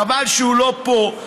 חבל שהוא לא פה,